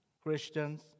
Christians